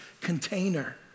container